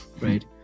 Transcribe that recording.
right